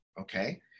okay